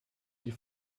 die